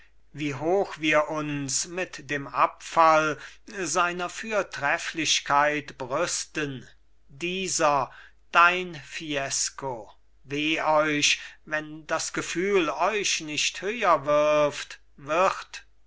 wie hoch wir uns mit dem abfall seiner fürtrefflichkeit brüsten dieser dein fiesco weh euch wenn das gefühl euch nicht höher wirft wird